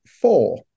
four